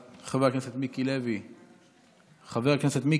חבר הכנסת אלי אבידר, אינו נוכח.